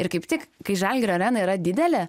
ir kaip tik kai žalgirio arena yra didelė